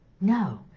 No